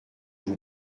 vous